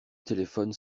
téléphone